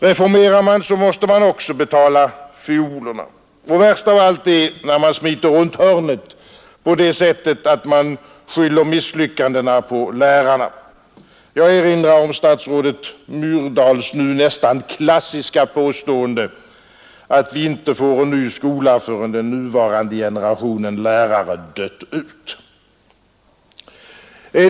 Reformerar man måste man också betala fiolerna. Och värst av allt är när man smiter runt hörnet på det sättet att man skyller misslyckandena på lärarna. Jag erinrar om statsrådet Myrdals nu nästan klassiska påstående att vi inte får en ny skola förrän den nuvarande generationen lärare dött ut!